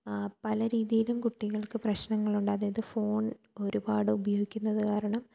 പല രീതിയിലും കുട്ടികൾക്ക് പ്രശ്നങ്ങളുണ്ട് അതായത് ഫോൺ ഒരുപാട് ഉപയോഗിക്കുന്നത് കാരണം